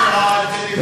עשית קריירה בהסתה.